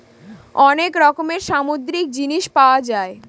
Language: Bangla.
অনেক রকমের সামুদ্রিক জিনিস পাওয়া যায়